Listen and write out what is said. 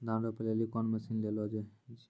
धान रोपे लिली कौन मसीन ले लो जी?